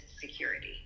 security